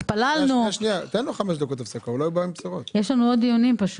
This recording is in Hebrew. פשוט יש לנו עוד דיונים.